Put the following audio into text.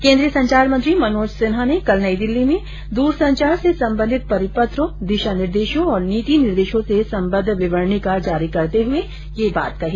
केन्द्रीय संचार मंत्री मनोज सिन्हा ने कल नई दिल्ली में दूरसंचार से संबंधित परिपत्रों दिशा निर्देशों और नीति निर्देशों से संबद्ध विवरणिका जारी करते हुए यह बात कही